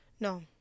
No